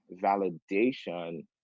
validation